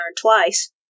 twice